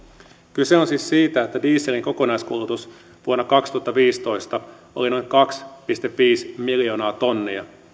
kyse on siis siitä että dieselin kokonaiskulutus vuonna kaksituhattaviisitoista oli noin kaksi pilkku viisi miljoonaa tonnia